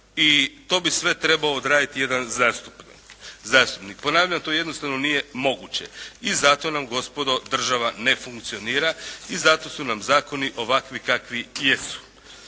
i to bi sve trebao odraditi jedan zastupnik. Ponavljam to jednostavno nije moguće i zato nam gospodo država ne funkcionira i zato su nam zakoni ovakvi kakvi jesu.